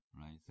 right